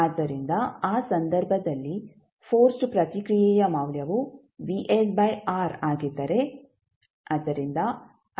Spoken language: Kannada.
ಆದ್ದರಿಂದ ಆ ಸಂದರ್ಭದಲ್ಲಿ ಫೋರ್ಸ್ಡ್ ಪ್ರತಿಕ್ರಿಯೆಯ ಮೌಲ್ಯವು ಆಗಿದ್ದರೆ